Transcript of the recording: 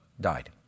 died